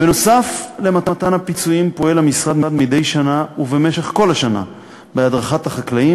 בנוסף למתן הפיצויים פועל המשרד מדי שנה ובמשך כל השנה בהדרכת החקלאים